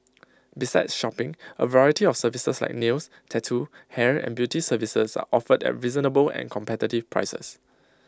besides shopping A variety of services like nails tattoo hair and beauty services are offered at reasonable and competitive prices